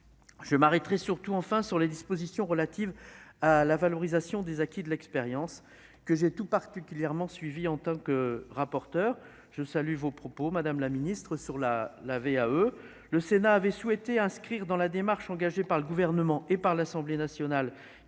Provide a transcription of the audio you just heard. Je m'arrêterai surtout enfin sur les dispositions relatives à la valorisation des acquis de l'expérience que j'ai tout particulièrement suivi en tant que rapporteur je salue vos propos, Madame la Ministre, sur la la VAE, le Sénat avait souhaité inscrire dans la démarche engagée par le gouvernement et par l'Assemblée nationale